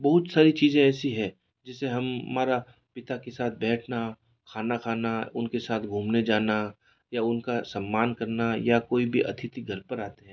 बहुत सारी चीज़ें ऐसी है जिसे हमारा पिता के साथ बैठना खाना खाना उनके साथ घूमने जाना या उनका सम्मान करना या कोई भी अतिथि घर पर आते हैं